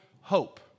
hope